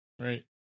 Right